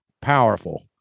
powerful